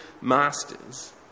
masters